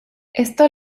esto